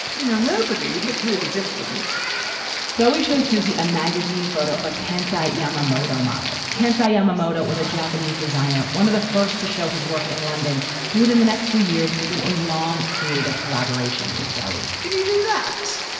you know, nobody would look really different bowie showed susie a magazine photo of a kansai yamamoto model, kansai yamamoto with a japanese designer, one of the first to show his work in london who would in the next few years begin a long creative collaboration with bowie can you do that?